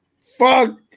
Fuck